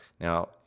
now